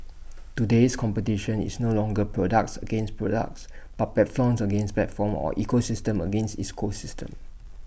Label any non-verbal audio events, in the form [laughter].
[noise] today's competition is no longer products against products but platforms against platforms or ecosystems against ecosystems